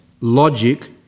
logic